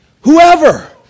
whoever